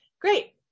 great